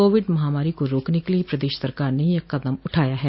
Covid महामारी को रोकने के लिये प्रदेश सरकार ने यह कदम उठाया है